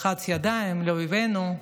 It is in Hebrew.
לחץ ידיים לאויבינו.